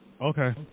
Okay